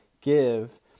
give